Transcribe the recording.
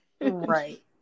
right